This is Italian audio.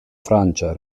francia